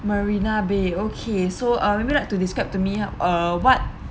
marina bay okay so uh maybe like to describe to me uh what